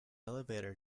elevator